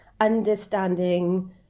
understanding